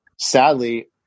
Sadly